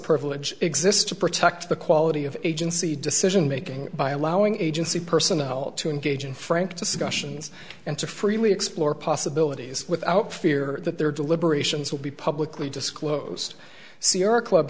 privilege exists to protect the quality of agency decisionmaking by allowing agency personnel to engage in frank discussions and to freely explore possibilities without fear that their deliberations will be publicly disclosed sierra club